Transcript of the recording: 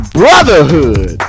brotherhood